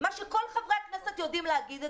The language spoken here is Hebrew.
כפי שכל חברי הכנסת יודעים להגיד,